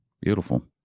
Beautiful